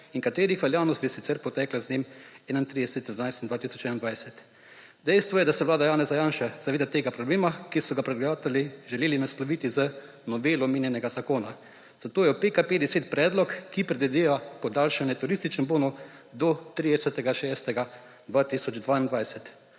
in katerih veljavnost bi sicer potekla z dnem 31. 12. 2021. Dejstvo je, da se vlada Janeza Janše zaveda tega problema, ki so ga predlagatelji želeli nasloviti z novelo njenega zakona, zato je v PKP10 predlog, ki predvideva podaljšanje turističnih bonov do 30. 6. 2022.